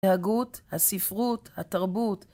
ההגות, הספרות, התרבות.